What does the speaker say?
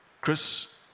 Chris